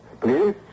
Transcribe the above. Please